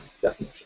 definition